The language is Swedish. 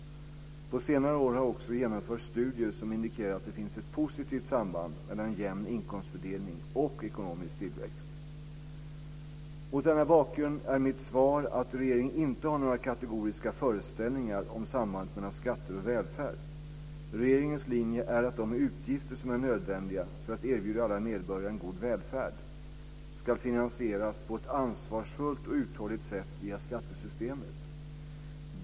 På senare år har det också genomförts studier som indikerar att det finns ett positivt samband mellan en jämn inkomstfördelning och ekonomisk tillväxt. Mot denna bakgrund är mitt svar att regeringen inte har några kategoriska föreställningar om sambandet mellan skatter och välfärd. Regeringens linje är att de utgifter som är nödvändiga för att erbjuda alla medborgare en god välfärd ska finansieras på ett ansvarsfullt och uthålligt sätt via skattesystemet.